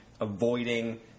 avoiding